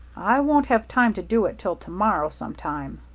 i won't have time to do it till to-morrow some time.